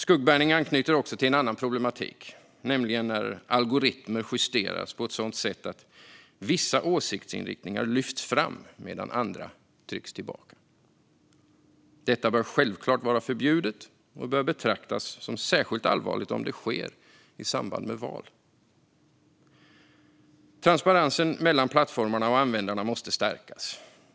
Skuggbanning anknyter också till en annan problematik, nämligen när algoritmer justeras på ett sådant sätt att vissa åsiktsinriktningar lyfts fram medan andra trycks tillbaka. Detta bör självklart vara förbjudet och bör betraktas som särskilt allvarligt om det sker i samband med val. Transparensen mellan plattformarna och användarna måste stärkas.